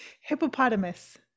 hippopotamus